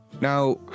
Now